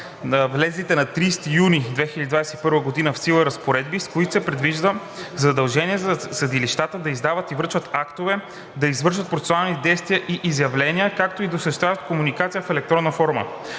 влезлите на 30 юни 2021 г. в сила разпоредби, с които се предвижда задължение за съдилищата да издават и връчват актове, да извършват процесуални действия и изявления, както и да осъществяват комуникация в електронна форма.